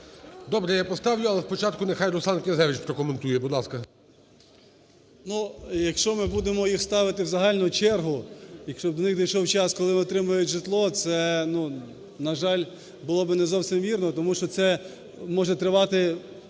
Добре, я поставлю. Але спочатку нехай Руслан Князевич прокоментує. Будь ласка.